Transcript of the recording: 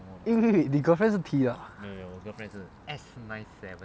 eh eh 你 girlfriend 是 T 的 ah